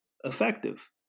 effective